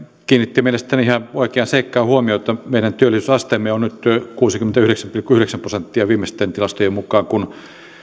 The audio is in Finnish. kiinnitti mielestäni ihan oikeaan seikkaan huomiota meidän työllisyysasteemme on nyt kuusikymmentäyhdeksän pilkku yhdeksän prosenttia viimeisten tilastojen mukaan kun